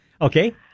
Okay